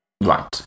Right